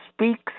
speaks